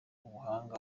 ubuhanga